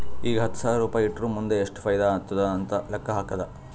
ಈಗ ಹತ್ತ್ ಸಾವಿರ್ ರುಪಾಯಿ ಇಟ್ಟುರ್ ಮುಂದ್ ಎಷ್ಟ ಫೈದಾ ಆತ್ತುದ್ ಅಂತ್ ಲೆಕ್ಕಾ ಹಾಕ್ಕಾದ್